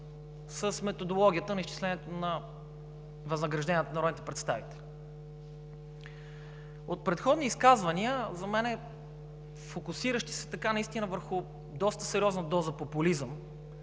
с методологията на изчислението на възнагражденията на народните представители. От предходни изказвания, за мен, фокусиращите се наистина върху доста сериозна доза популизъм